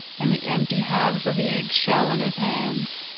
and the empty halves of the egg-shell in his hands.